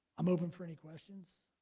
i'm open for any questions.